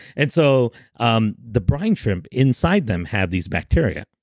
and so um the brine shrimp inside them have these bacteria.